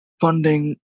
funding